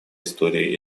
истории